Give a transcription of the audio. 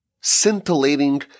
scintillating